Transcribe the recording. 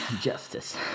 Justice